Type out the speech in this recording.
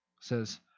says